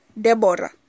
Deborah